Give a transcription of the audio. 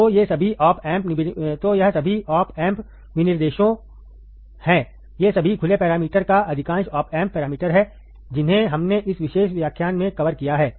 तो ये सभी ऑप एम्प विनिर्देशों हैं ये सभी खुले पैरामीटर या अधिकांश ऑप एम्प पैरामीटर हैं जिन्हें हमने इस विशेष व्याख्यान में कवर किया है